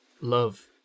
love